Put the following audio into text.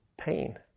pain